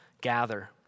gather